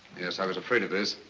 i was afraid of this.